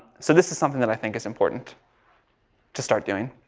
so, this is something that i think is important to start doing.